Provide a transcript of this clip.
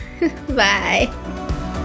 Bye